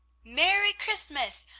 merry christmas!